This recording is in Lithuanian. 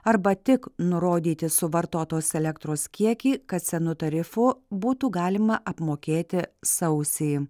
arba tik nurodyti suvartotos elektros kiekį kad senu tarifu būtų galima apmokėti sausį